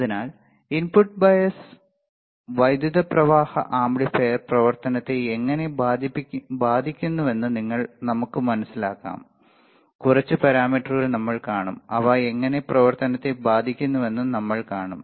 അതിനാൽ input bias വൈദ്യുത പ്രവാഹ ആംപ്ലിഫയർ പ്രവർത്തനത്തെ എങ്ങനെ ബാധിക്കുന്നുവെന്ന് നമുക്ക് മനസിലാക്കാം കുറച്ച് പാരാമീറ്ററുകൾ നമ്മൾ കാണും അവ എങ്ങനെ പ്രവർത്തനത്തെ ബാധിക്കുന്നുവെന്ന് നമ്മൾ കാണും